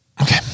Okay